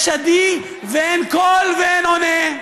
יש עדי, ואין קול ואין עונה,